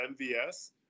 MVS